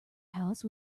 house